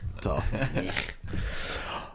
tough